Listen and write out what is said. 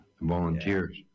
volunteers